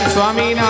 Swami